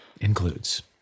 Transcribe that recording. includes